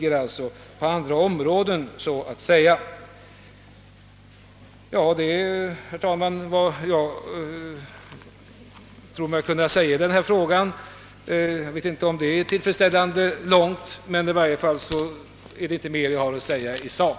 Detta är, herr talman, vad jag tror mig kunna säga i denna fråga; jag vet inte om det är tillräckligt långt. Jag har 1 varje fall inte mer att säga i sak.